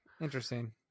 Interesting